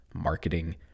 marketing